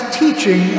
teaching